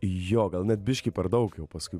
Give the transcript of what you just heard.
jo gal net biškį per daug jau paskui